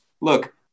Look